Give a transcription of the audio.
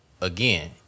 again